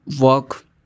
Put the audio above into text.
work